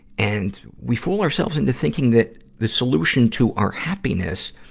and we fool ourselves into thinking that the solution to our happiness